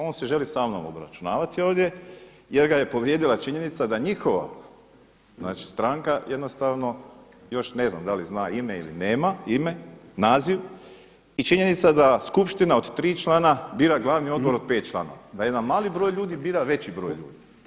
On se želi sa mnom obračunavati ovdje jer ga je povrijedila činjenica da njihova stranka jednostavno još ne znam da li zna ime ili nema ime, naziv i činjenica da skupština od tri člana bira glavni odbor od pet članova, da jedan mali broj ljudi bira veći broj ljudi.